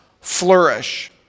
flourish